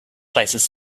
places